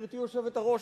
גברתי היושבת-ראש,